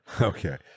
Okay